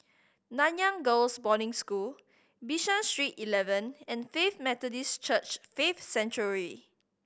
Nanyang Girls' Boarding School Bishan Street Eleven and Faith Methodist Church Faith Sanctuary